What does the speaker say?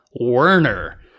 Werner